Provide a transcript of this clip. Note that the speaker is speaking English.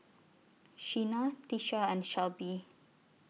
Sheena Tisha and Shelbie